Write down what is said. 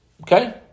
Okay